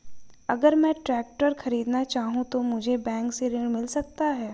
अगर मैं ट्रैक्टर खरीदना चाहूं तो मुझे बैंक से ऋण मिल सकता है?